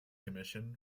commission